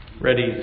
ready